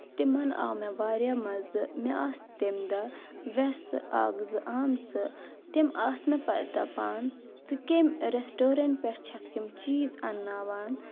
تِمَن آو مےٚ واریاہ مَزٕ مےٚ آسہٕ تَمہِ دۄہ وؠسہٕ اَکھ زٕ آمژٕ تِم آسہٕ مےٚ پَتہٕ دَپان ژٕ کمہِ ریسٹورَنٛٹ پؠٹھ چھَکھ یِم چیٖز اَنناوان